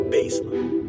Baseline